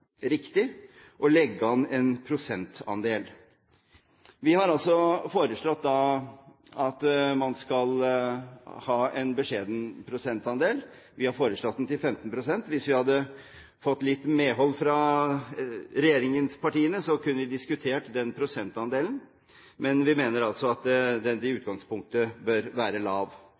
å legge an en prosentandel. Vi har foreslått at man skal ha en beskjeden prosentandel. Vi har foreslått den til 15 pst. Hvis vi hadde fått litt medhold fra regjeringspartiene, kunne vi diskutert den prosentandelen. Men vi mener at den i utgangspunktet bør være lav.